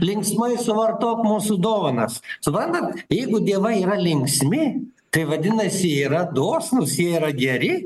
linksmai suvartok mūsų dovanas suprantat jeigu dievai yra linksmi tai vadinasi jie yra dosnūs jie yra geri